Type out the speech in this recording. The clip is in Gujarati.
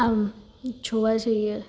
આમ જોવા જઈએ